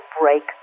break